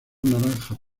naranja